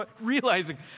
realizing